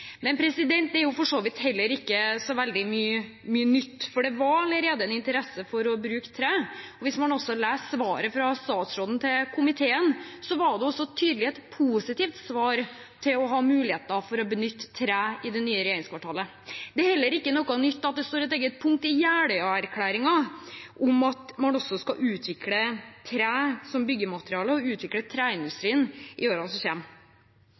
Men det er for så vidt heller ikke så mye nytt, for det var allerede interesse for å bruke tre. Hvis man leser svaret fra statsråden til komiteen, er det tydelig et positivt svar om å ha mulighet for å benytte tre i det nye regjeringskvartalet. Det er heller ikke nytt at det står et eget punkt i Jeløya-erklæringen om at man skal utvikle tre som byggemateriale og utvikle treindustrien i årene som